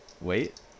Wait